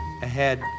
Ahead